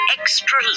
extra